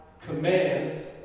commands